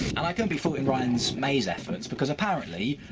and i couldn't be faulting ryan's maze efforts, because apparently,